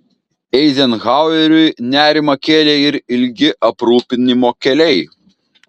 eizenhaueriui nerimą kėlė ir ilgi aprūpinimo keliai